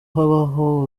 habaho